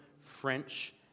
French